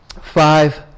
five